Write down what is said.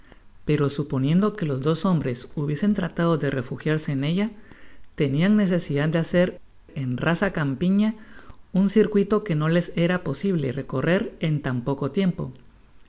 pero suponiendo que los dos hombres hubiesen tratado de refugiarse en ella tenian necesidad de hacer en rasa campiña un circuito que no les era posible recorrer en tan poco tiempo